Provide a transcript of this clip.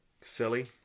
silly